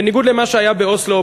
בניגוד למה שהיה באוסלו,